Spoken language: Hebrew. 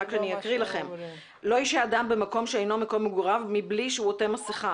אני אקרא: "לא ישהה אדם במקום שאינו מקום מגוריו מבלי שהוא עוטה מסכה".